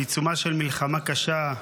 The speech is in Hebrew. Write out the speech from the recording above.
בעיצומה של מלחמה קשה,